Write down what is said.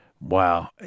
Wow